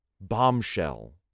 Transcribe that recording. bombshell